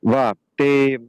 va tai